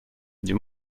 dis